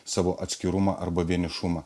savo atskirumą arba vienišumą